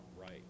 right